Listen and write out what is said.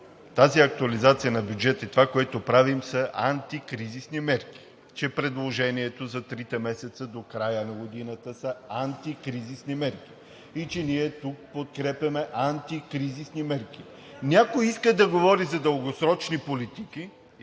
тази актуализация на бюджета и това, което правим, са антикризисни мерки, че предложението за трите месеца до края на годината са антикризисни мерки и че ние тук подкрепяме антикризисни мерки. Някой иска да говори за дългосрочни политики.